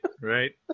right